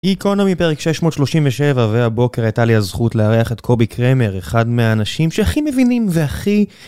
גיקונומי פרק 637, והבוקר הייתה לי הזכות לארח את קובי קרמר, אחד מהאנשים שהכי מבינים והכי...